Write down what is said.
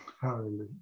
Hallelujah